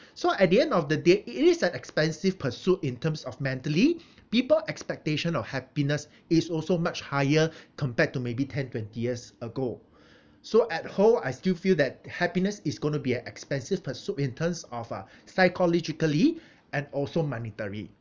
so at the end of the day it is an expensive pursuit in terms of mentally people expectation of happiness is also much higher compared to maybe ten twenty years ago so at whole I still feel that happiness is going to be an expensive pursuit in terms of uh psychologically and also monetary